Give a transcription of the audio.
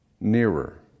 nearer